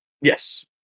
Yes